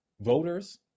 voters